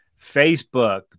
Facebook